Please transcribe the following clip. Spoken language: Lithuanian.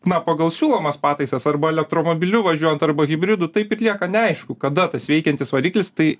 na pagal siūlomas pataisas arba elektromobiliu važiuojant arba hibridu taip ir lieka neaišku kada tas veikiantis variklis tai